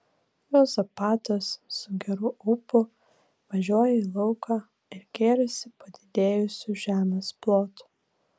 juozapatas su geru ūpu važiuoja į lauką ir gėrisi padidėjusiu žemės plotu